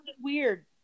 weird